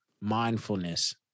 mindfulness